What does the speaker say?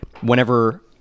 whenever